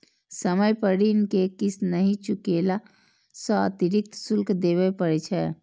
समय पर ऋण के किस्त नहि चुकेला सं अतिरिक्त शुल्क देबय पड़ै छै